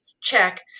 Check